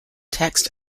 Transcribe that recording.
text